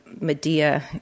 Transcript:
Medea